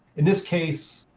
in this case,